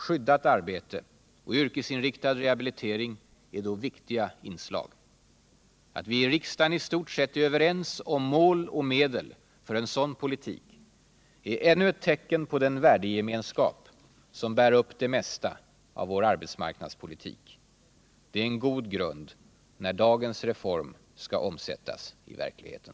Skyddat arbete och yrkesinriktad rehabilitering är då viktiga inslag. Att vi i riksdagen i stort sett är överens om mål och medel för en sådan politik är ännu ett tecken på den värdegemenskap som bär upp det mesta av vår arbetsmarknadspolitik. Det är en god grund när dagens reform skall omsättas i verkligheten.